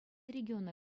региона